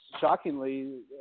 shockingly